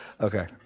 Okay